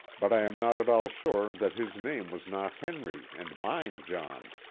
but i am not at all sure that his name was not henry and mine john.